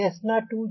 इस तरह